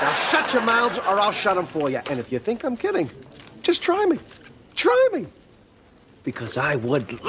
set your mouth or i'll shut up for you. and if you think i'm kidding just try me try me because i would